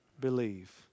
believe